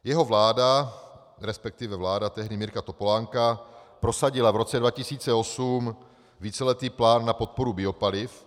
Jeho vláda, resp. vláda tehdy Mirka Topolánka, prosadila v roce 2008 víceletý plán na podporu biopaliv.